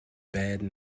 bad